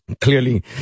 Clearly